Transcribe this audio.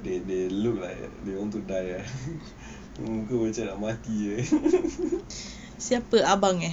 they they look like they want to die ah muka macam nak mati jer